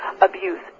abuse